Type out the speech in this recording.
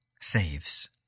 saves